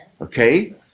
Okay